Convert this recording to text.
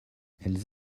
elles